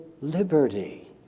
liberty